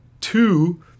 Two